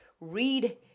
read